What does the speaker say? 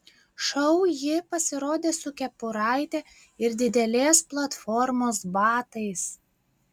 šou ji pasirodė su kepuraite ir didelės platformos batais